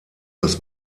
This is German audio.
das